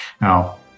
now